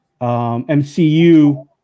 MCU